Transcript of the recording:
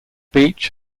beach